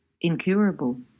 incurable